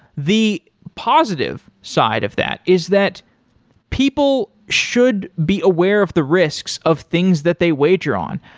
the positive side of that is that people should be aware of the risks of things that they wager on.